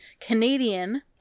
Canadian